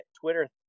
Twitter